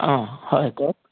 অ হয় কওক